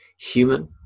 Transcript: human